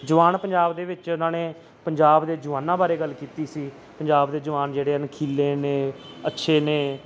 ਜਵਾਨ ਪੰਜਾਬ ਦੇ ਵਿੱਚ ਉਹਨਾਂ ਨੇ ਪੰਜਾਬ ਦੇ ਜਵਾਨਾਂ ਬਾਰੇ ਗੱਲ ਕੀਤੀ ਸੀ ਪੰਜਾਬ ਦੇ ਜਵਾਨ ਜਿਹੜੇ ਅਣਖੀਲੇ ਨੇ ਅੱਛੇ ਨੇ